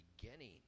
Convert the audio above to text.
beginning